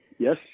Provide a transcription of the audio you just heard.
Yes